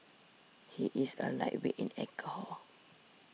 he is a lightweight in alcohol